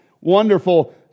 wonderful